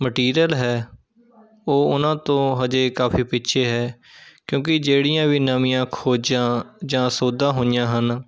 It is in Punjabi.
ਮਟੀਰੀਅਲ ਹੈ ਉਹ ਉਹਨਾਂ ਤੋਂ ਅਜੇ ਕਾਫ਼ੀ ਪਿੱਛੇ ਹੈ ਕਿਉਂਕਿ ਜਿਹੜੀਆਂ ਵੀ ਨਵੀਆਂ ਖੋਜਾਂ ਜਾਂ ਸੋਧਾਂ ਹੋਈਆਂ ਹਨ